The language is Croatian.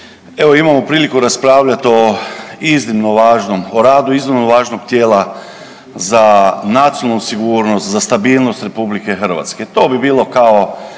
Evo imamo priliku raspravljati o iznimno važnom, o radu iznimno važnog tijela za nacionalnu sigurnost, za stabilnost RH. To bi bilo kao